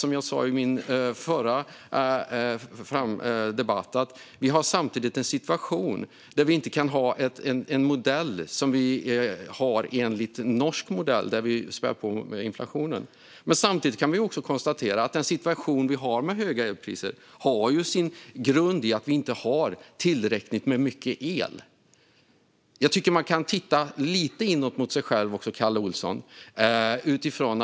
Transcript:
Som jag sa tidigare har vi samtidigt en situation där vi inte kan ha det som enligt norsk modell, där vi spär på inflationen. Samtidigt kan vi konstatera att situationen vi har med höga elpriser har grund i att vi inte har tillräckligt mycket el. Jag tycker att man kan titta lite in mot sig själv, Kalle Olsson.